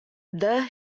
the